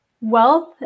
Wealth